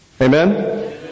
Amen